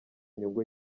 inyungu